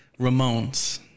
Ramones